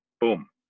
boom